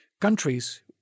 countries